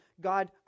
God